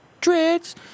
dreads